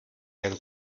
jen